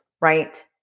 right